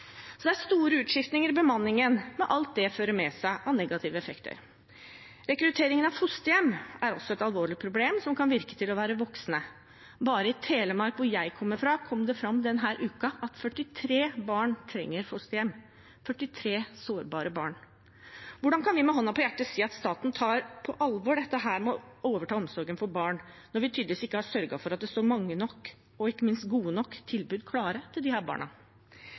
Det er store utskiftninger i bemanningen, med alt det fører med seg av negative effekter. Rekruttering av fosterhjem er også et alvorlig problem som kan virke å være voksende. Bare i Telemark, hvor jeg kommer fra, kom det denne uken fram at 43 barn trenger fosterhjem – 43 sårbare barn. Hvordan kan vi med hånden på hjertet si at staten tar på alvor det å overta omsorgen for barn når vi tydeligvis ikke har sørget for at det står mange nok – og ikke minst gode nok – tilbud klare til disse barna?